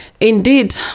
Indeed